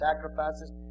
sacrifices